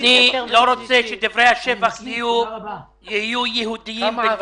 אם אנחנו מתייחסים לשני הסכומים האלה יחד,